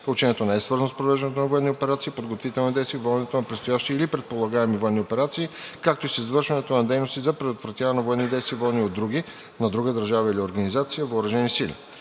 Учението не е свързано с провеждането на военни операции, подготвителни действия за водене на предстоящи или предполагаеми военни операции, както и с извършването на дейности за предотвратяването на военни действия, водени от други – на друга държава или организация, въоръжени сили.